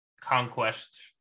conquest